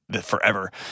forever